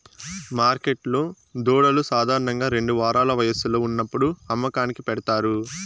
మార్కెట్లో దూడలు సాధారణంగా రెండు వారాల వయస్సులో ఉన్నప్పుడు అమ్మకానికి పెడతారు